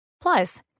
Plus